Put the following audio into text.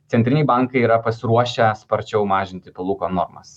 centriniai bankai yra pasiruošę sparčiau mažinti palūkanų normas